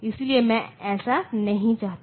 इसलिए मैं ऐसा नहीं चाहता